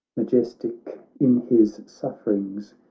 majestic in his sufferings,